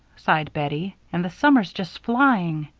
sighed bettie. and the summer's just flying.